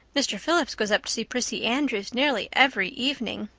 mr. phillips goes up to see prissy andrews nearly every evening.